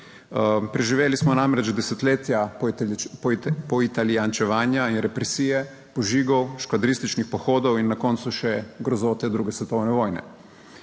Preživeli smo namreč desetletja poitalijančevanja in represije, požigov, skvadrističnih pohodov in na koncu še grozote druge svetovne vojne.